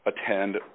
attend